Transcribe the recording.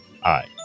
hi